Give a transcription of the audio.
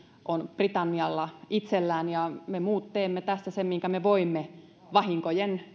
on britannialla itsellään ja me muut teemme tässä sen minkä me voimme vahinkojen